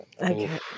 Okay